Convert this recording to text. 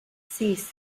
sis